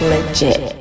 Legit